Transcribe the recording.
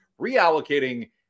reallocating